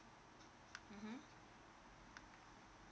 mmhmm